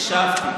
הקשבתי.